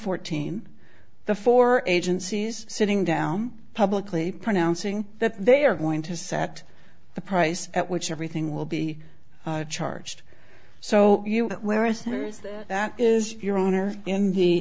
fourteen the four agencies sitting down publicly pronouncing that they are going to set the price at which everything will be charged so you whereas that is your own or in